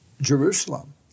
Jerusalem